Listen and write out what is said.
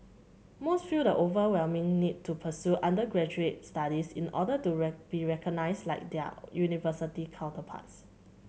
most feel the overwhelming need to pursue undergraduate studies in order to right be recognised like their university counterparts